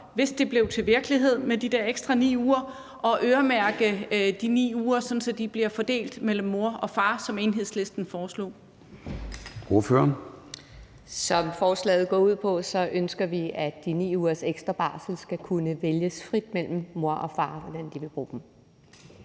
9 uger blev til virkelighed – ønsker at øremærke de 9 uger, så de bliver fordelt mellem moren og faren, som Enhedslisten foreslog.